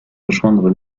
rejoindre